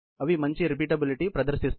అవి మంచి రిపీటబిలిటీ ప్రదర్శిస్తాయి